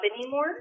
anymore